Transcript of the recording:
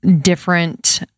different